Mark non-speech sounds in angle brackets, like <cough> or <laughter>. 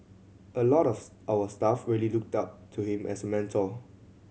a lot of <unintelligible> our staff really looked up to him as a mentor